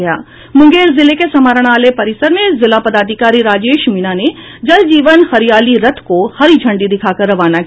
मूंगेर जिले के समाहरणालय परिसर में जिला पदाधिकारी राजेश मीणा ने जल जीवन हरियाली रथ को हरी झंडी दिखाकर रवाना किया